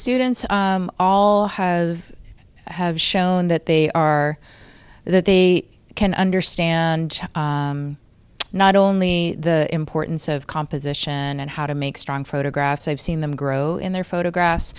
students all have have shown that they are that they can understand not only the importance of composition and how to make strong photographs i've seen them grow in their photographs